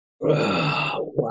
Wow